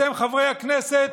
אתם, חברי הכנסת,